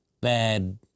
bad